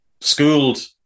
schooled